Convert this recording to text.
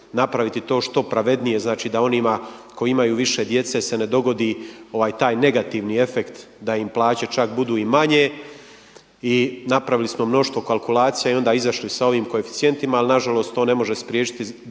napraviti to što pravednije, znači da onima koji imaju više djece se ne dogodi taj negativni efekt da im plaće čak budu i manje, i napravili smo mnoštvo kalkulacija i onda izašli s ovim koeficijentima, ali nažalost to ne može spriječiti da